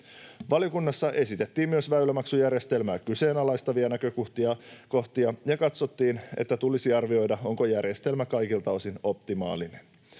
Valiokunnassa esitettiin myös väylämaksujärjestelmää kyseenalaistavia näkökohtia ja katsottiin, että tulisi arvioida, onko järjestelmä kaikilta osin optimaalinen.